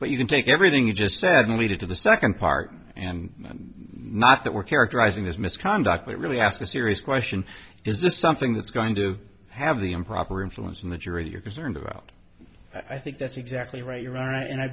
but you can take everything you just said lead into the second part and mock that we're characterizing this misconduct but really ask a serious question is this something that's going to have the improper influence on the jury you're concerned about i think that's exactly right you're right and i